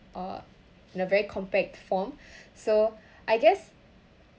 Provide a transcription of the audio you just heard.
or in a very compact form so I guess